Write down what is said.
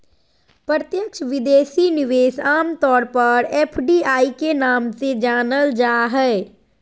प्रत्यक्ष विदेशी निवेश आम तौर पर एफ.डी.आई के नाम से जानल जा हय